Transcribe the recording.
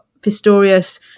Pistorius